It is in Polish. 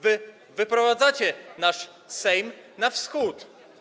Wyprowadzacie nasz Sejm na Wschód.